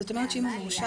זאת אומרת שאם הוא מורשע